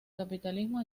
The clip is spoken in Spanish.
capitalismo